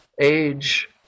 Age